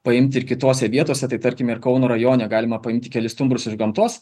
paimti ir kitose vietose tai tarkim ir kauno rajone galima paimti kelis stumbrus iš gamtos